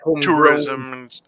tourism